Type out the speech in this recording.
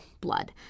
blood